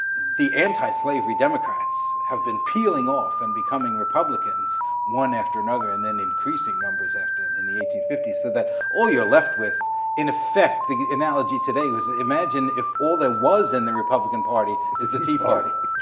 the antislavery democrats have been peeling off and becoming republicans one after another, and then increasing numbers after in in the eighteen fifty s so that all you're left with in effect, the analogy today was imagine if all there was in the republican party is the tea party.